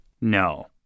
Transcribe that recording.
No